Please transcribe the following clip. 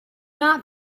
not